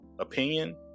opinion